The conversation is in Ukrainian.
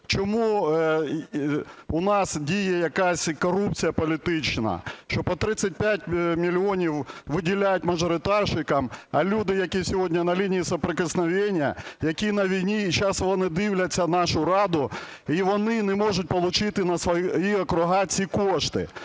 Чому у нас діє якась корупція політична, що по 35 мільйонів виділяють мажоритарщикам, а люди, які сьогодні на лінії соприкосновения, які на війні і сейчас вони дивляться нашу Раду, і вони не можуть получити на свої округи ці кошти?